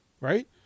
right